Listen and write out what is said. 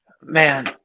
Man